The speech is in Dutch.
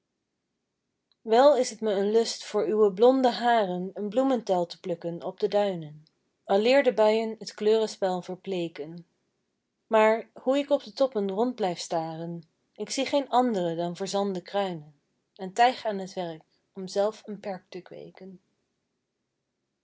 wel is t me een lust voor uwe blonde haren een bloementuil te plukken op de duinen aleer de buien t kleurenspel verbleeken maar hoe ik op de toppen rond blijf staren ik zie geen andere dan verzande kruinen en tijg aan t werk om zelf een perk te kweeken